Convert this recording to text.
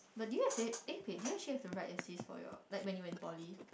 but do you have it eh wait do you still have to write thesis for your like when you're in poly